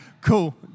cool